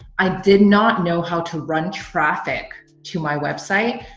i did not know how to run traffic to my website.